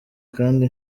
kandi